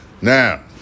Now